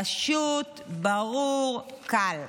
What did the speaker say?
פשוט, ברור, קל.